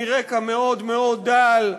מרקע מאוד מאוד דל,